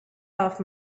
off